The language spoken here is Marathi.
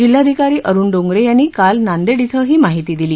जिल्हाधिकारी अरूण डोंगरे यांनी काल नांदेड क्रिं ही माहिती दिली